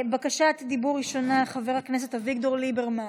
בקשת דיבור ראשונה, חבר הכנסת אביגדור ליברמן,